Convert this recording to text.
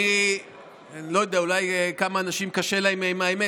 אני לא יודע, אולי לכמה אנשים קשה עם האמת.